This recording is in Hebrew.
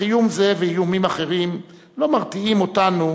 אך איום זה ואיומים אחרים לא מרתיעים אותנו